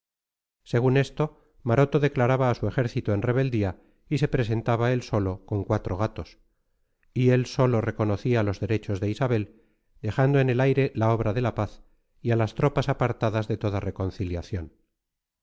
según esto maroto declaraba a su ejército en rebeldía y se presentaba él solo con cuatro gatos y él solo reconocía los derechos de isabel dejando en el aire la obra de la paz y a las tropas apartadas de toda reconciliación